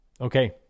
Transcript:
Okay